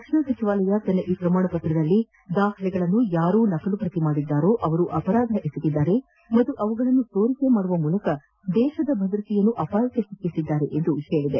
ರಕ್ಷಣಾ ಸಚಿವಾಲಯ ತನ್ನ ಈ ಪ್ರಮಾಣಪತ್ರದಲ್ಲಿ ದಾಖಲೆಗಳನ್ನು ಯಾರು ನಕಲುಪ್ರತಿ ಮಾಡಿದ್ದಾರೋ ಅವರು ಅಪರಾಧ ಎಸಗಿದ್ದಾರೆ ಮತ್ತು ಅವುಗಳನ್ನು ಸೋರಿಕೆ ಮಾಡುವ ಮೂಲಕ ದೇಶದ ಭದ್ರತೆಯನ್ನು ಅಪಾಯಕ್ಕೆ ಸಿಲುಕಿಸಿದ್ದಾರೆ ಎಂದು ಹೇಳಿದೆ